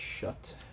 shut